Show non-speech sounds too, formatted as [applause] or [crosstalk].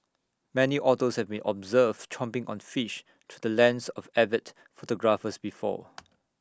many otters have been observed chomping on fish through the lens of avid photographers before [noise]